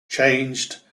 changed